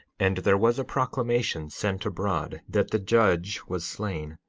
and there was a proclamation sent abroad that the judge was slain,